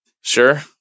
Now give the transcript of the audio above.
Sure